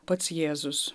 pats jėzus